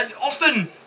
often